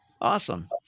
Awesome